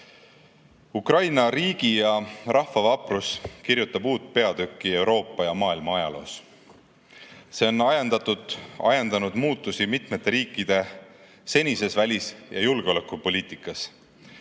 Ukraina riigi ja rahva vaprus kirjutab uut peatükki Euroopa ja maailma ajaloos. See on ajendanud muutusi mitmete riikide senises välis- ja julgeolekupoliitikas.